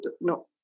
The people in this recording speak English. No